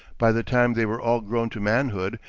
by the time they were all grown to manhood,